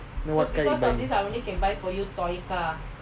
what car you buying